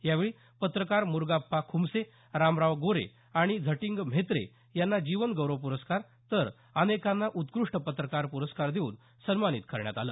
यावेळी पत्रकार मुर्गाप्पा खुमसे रामराव गोरे आणि झटिंग म्हेत्रे यांना जीवन गौरव पुरस्कार तर अनेकांना उत्कृष्ट पत्रकार पुरस्कार देऊन सन्मानित करण्यात आलं